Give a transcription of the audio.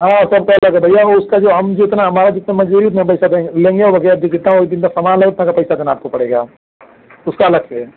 हाँ सबका अलग है भैया वह उसका जो हम जितना हमारा जितनी मज़दूरी है उतने पैसा देंगे लेंगे और जो जितना उस दिन का सामान लाए उतना का पैसा देना आपको पड़ेगा उसका अलग से है